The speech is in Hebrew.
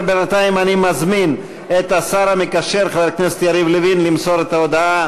אני מזמין את השר המקשר חבר הכנסת יריב לוין למסור את ההודעה